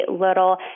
little